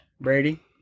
Brady